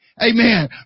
Amen